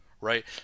right